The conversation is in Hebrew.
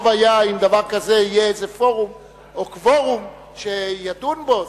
טוב היה אם בדבר כזה יהיה איזה פורום או קווורום שידון בו.